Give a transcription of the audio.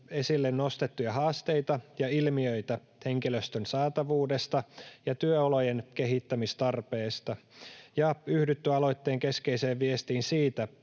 esille nostettuja haasteita ja ilmiöitä henkilöstön saatavuudesta ja työolojen kehittämistarpeesta ja yhdytty aloitteen keskeiseen viestin siitä,